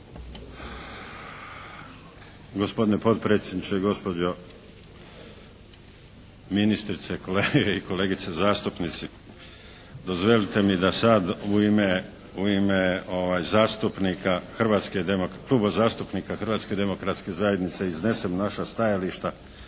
Hrvatske demokratske zajednice iznesem naša stajališta